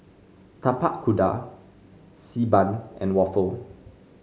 Tapak Kuda Xi Ban and waffle